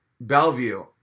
Bellevue